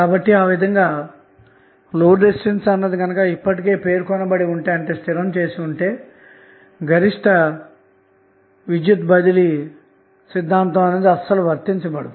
కాబట్టి ఆ విధంగా లోడ్ రెసిస్టెన్స్ ను ఇప్పటికే పేర్కొంటే గరిష్ట విద్యుత్ బదిలీ సిద్ధాంతం అసలు వర్తించబడదు